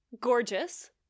gorgeous